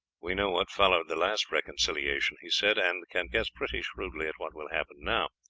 we know what followed the last reconciliation, he said, and can guess pretty shrewdly at what will happen now.